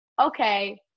okay